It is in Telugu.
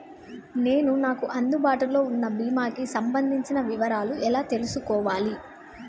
నేను నాకు అందుబాటులో ఉన్న బీమా కి సంబంధించిన వివరాలు ఎలా తెలుసుకోవాలి?